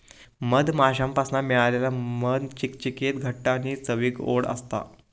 मधमाश्यांपासना मिळालेला मध चिकचिकीत घट्ट आणि चवीक ओड असता